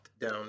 down